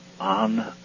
on